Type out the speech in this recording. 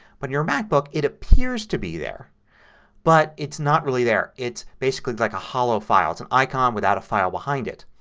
but in your macbook it appears to be there but it's not really there. it's basically like a holofile. it's an icon without a file behind it.